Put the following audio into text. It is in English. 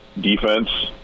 defense